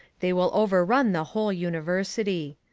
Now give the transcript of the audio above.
they will overrun the whole university.